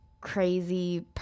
crazy